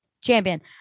Champion